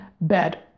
bed